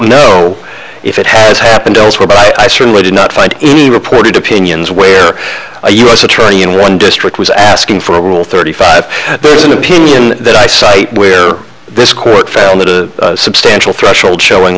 know if it has happened elsewhere but i certainly did not find any reported opinions where a u s attorney in one district was asking for a rule thirty five is an opinion that i cite where this court found that a substantial threshold showing